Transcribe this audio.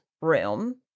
room